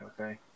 okay